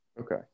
okay